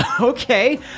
Okay